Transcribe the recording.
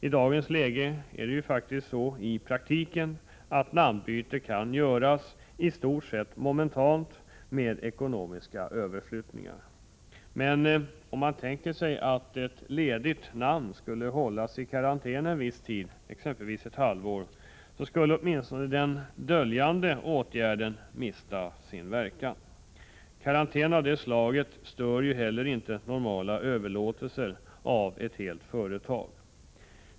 I dagens läge kan namnbyten i praktiken göras i stort sett momentant med ekonomiska överflyttningar. Men om man tänker sig att ett ledigt namn skulle hållas i karantän en viss tid, exempelvis ett halvår, skulle åtminstone den döljande åtgärden mista sin verkan. Karantän av det slaget stör ju inte heller normala överlåtelser av ett helt företag.